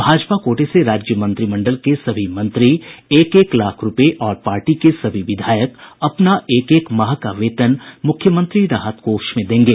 भाजपा कोटे से राज्य मंत्रिमंडल के सभी मंत्री एक एक लाख रूपये और पार्टी के सभी विधायक अपना एक एक माह का वेतन मुख्यमंत्री राहत कोष में देंगे